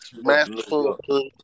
masterful